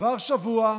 עבר שבוע,